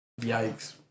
Yikes